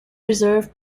reserve